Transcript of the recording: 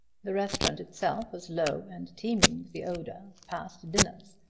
the restaurant itself was low and teeming with the odor of past dinners.